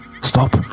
Stop